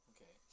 Okay